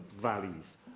Valleys